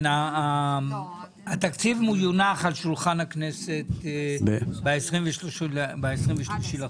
התקציב יונח על שולחן הכנסת ב- 23 לחודש.